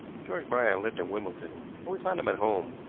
george bryant lived at wimbledon, and we found him at home.